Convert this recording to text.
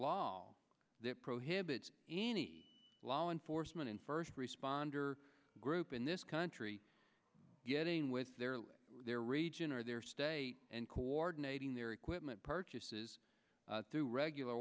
law all that prohibits any law enforcement and first responder group in this country getting with their region or their state and coordinating their equipment purchases through regular